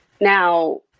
Now